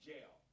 Jail